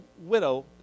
widow